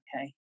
okay